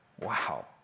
Wow